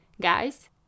guys